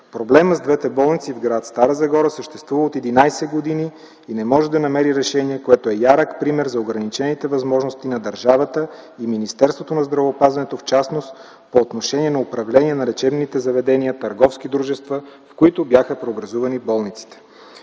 проблемът с двете болници в гр. Стара Загора съществува от 11 години и не може да намери решение, което е ярък пример за ограничените възможности на държавата и Министерството на здравеопазването в частност по отношение на управление на лечебните заведения търговски дружества, в които бяха преобразувани болниците.